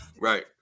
Right